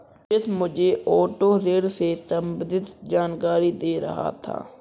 सुरेश मुझे ऑटो ऋण से संबंधित जानकारी दे रहा था